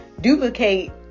duplicate